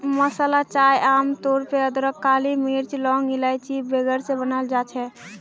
मसाला चाय आम तौर पे अदरक, काली मिर्च, लौंग, इलाइची वगैरह से बनाल जाहा